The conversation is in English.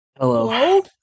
Hello